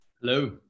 Hello